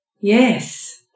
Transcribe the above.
Yes